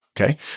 okay